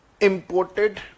imported